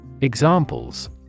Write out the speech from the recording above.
Examples